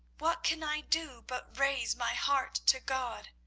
what can i do but raise my heart to god?